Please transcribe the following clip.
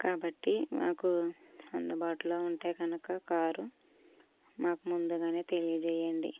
కాబట్టి మాకు అందుబాటులో ఉంటే కనుక కారు మాకు ముందుగానే తెలియజేయండి